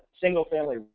single-family